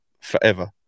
forever